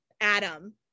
Adam